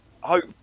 hope